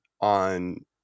on